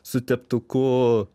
su teptuku